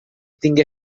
tingué